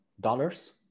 dollars